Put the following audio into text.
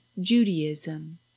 judaism